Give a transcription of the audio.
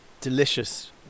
delicious